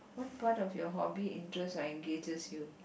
what part of your hobby interest are engages you